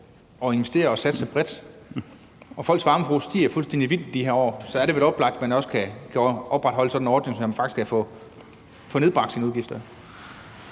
at investere og satse bredt, og folks varmeforbrug stiger fuldstændig vildt de her år. Så er det vel oplagt, at man også opretholder sådan en ordning, så folk faktisk kan få nedbragt deres udgifter.